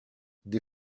des